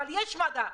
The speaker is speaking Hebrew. אבל יש עובדות.